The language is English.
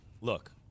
look